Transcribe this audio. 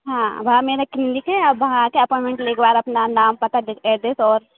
हाँ वहाँ मेरा क्लीनिक है आप वहाँ आकर अपॉइनमेंट लेकर और अपना नाम पता डेट ऐड्रेस और